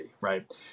right